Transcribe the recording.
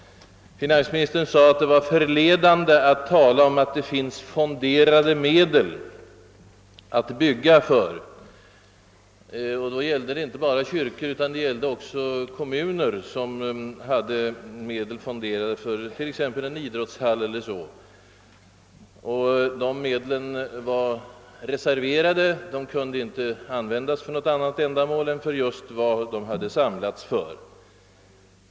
Finansministern sade att det var förledande att tala om att det fanns fonderade medel att bygga för. Det gällde inte bara kyrkor; också kommuner kunde ha medel fonderade för t.ex en idrottshall. Dessa medel är reserverade och kan inte användas för något annat ändamål än vad de samlats ihop för.